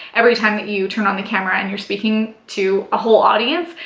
every time that you turn on the camera and you're speaking to a whole audience,